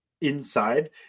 inside